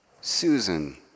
Susan